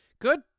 good